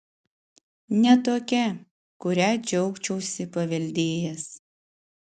ne tokia kurią džiaugčiausi paveldėjęs